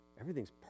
everything's